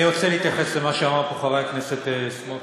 אני רוצה להתייחס למה שאמר פה חבר הכנסת סמוטריץ.